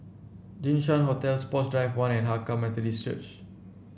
Jinshan Hotel Sports Drive One and Hakka Methodist Church